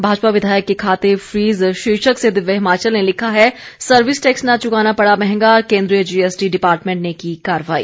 भाजपा विधायक के खाते फ्रीज शीर्षक से दिव्य हिमाचल ने लिखा है सर्विस टैक्स न च्रकाना पड़ा महंगा केन्द्रीय जीएसटी डिपार्टमेंट ने की कार्रवाई